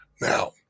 Now